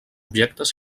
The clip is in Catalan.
objectes